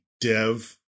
dev